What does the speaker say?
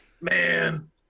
Man